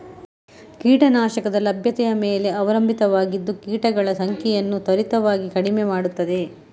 ಕೀಟ ನಾಶಕದ ಲಭ್ಯತೆಯ ಮೇಲೆ ಅವಲಂಬಿತವಾಗಿದ್ದು ಕೀಟಗಳ ಸಂಖ್ಯೆಯನ್ನು ತ್ವರಿತವಾಗಿ ಕಡಿಮೆ ಮಾಡುತ್ತದೆ